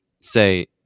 say